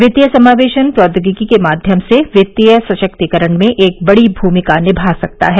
वित्तीय समावेशन प्रौद्योगिकी के माध्यम से वित्तीय सशक्तीकरण में एक बड़ी भूमिका निभा सकता है